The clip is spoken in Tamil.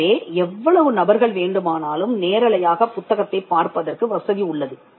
எனவே எவ்வளவு நபர்கள் வேண்டுமானாலும் நேரலையாக புத்தகத்தைப் பார்ப்பதற்கு வசதி உள்ளது